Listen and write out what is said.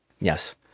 yes